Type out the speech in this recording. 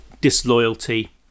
disloyalty